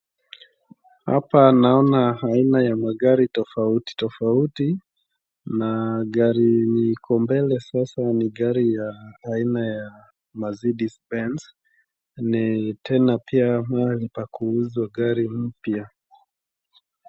Hapa naona aina ya magari tofauti tofauti na gari yenye iko mbele sasa ni gari ya aina ya Mercedes Benz. Ni tena pia mahali pa kuuzwa gari mpya.